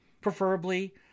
preferably